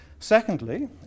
Secondly